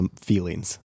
feelings